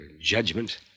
judgment